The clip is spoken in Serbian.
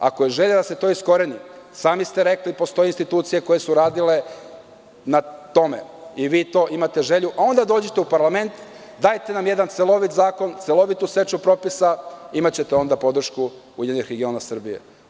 Ako je želja da se to iskoreni, sami ste rekli da postoje institucije koje su radile na tome i vi tu želju imate, ali onda dođite u parlament, dajte nam jedan celovit zakon, celovitu seču propisa i imaćete podršku URS.